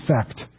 effect